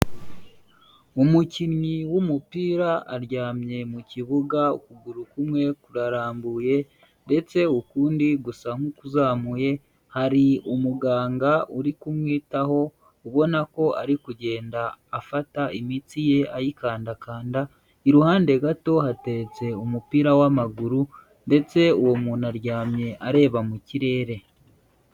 Umukinnyi w'umupira aryamye mu kibuga, ukuguru kumwe kurarambuye ndetse ukundi gusa nk'ukuzamuye. Hari umuganga uri kumwitaho ubona ko ari kugenda afata imitsi ye ayikandakanda, iruhande gato hateretse umupira w'amaguru ndetse uwo muntu aryamye areba mu kirere.